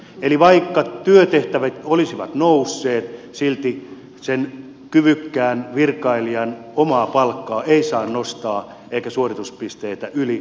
eli vaikka työtehtävät olisivat nousseet silti sen kyvykkään virkailijan omaa palkkaa ei saa nostaa eikä suoristuspisteitä yli toimiston keskiarvon